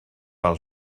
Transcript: par